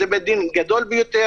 זה בית דין גדול ביותר,